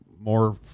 more